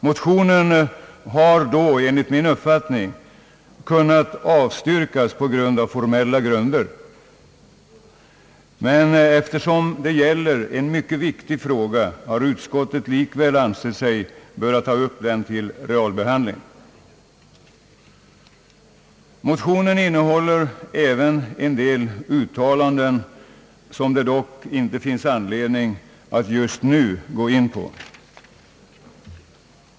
Motionen hade då enligt min uppfattning kunnat avstyrkas på formella grunder, men eftersom det gäller en mycket viktig fråga, har utskottet likväl ansett sig böra ta upp den till realbehandling. Motionen innehåller även en del uttalanden som det inte finns anledning att just nu gå in på.